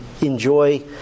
enjoy